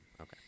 Okay